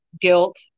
guilt